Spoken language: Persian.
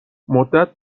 مدت